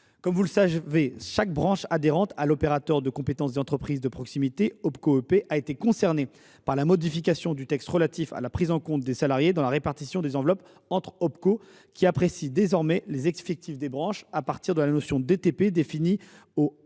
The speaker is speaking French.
Comme vous le savez, chaque branche adhérente à l’opérateur de compétences des entreprises de proximité (Opco EP) a été concernée par la modification du texte relatif à la prise en compte des salariés dans la répartition des enveloppes entre Opco, qui apprécie désormais les effectifs des branches à partir de la notion d’équivalent